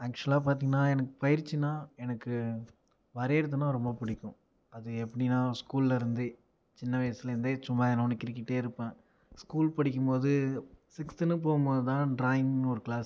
ஆக்சுவலா பார்த்தீங்கனா எனக்கு பயிற்சினா எனக்கு வரையுறதுனா ரொம்ப பிடிக்கும் அது எப்படினா ஸ்கூலில் இருந்தே சின்ன வயசுலேருந்தே சும்மா ஏதாவது ஒன்று கிறுக்கிட்டே இருப்பேன் ஸ்கூல் படிக்கும் போது சிக்ஸ்த்துன்னு போகும் போது தான் ட்ராயிங்னு ஒரு கிளாஸ்